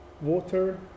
Water